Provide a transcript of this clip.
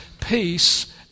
peace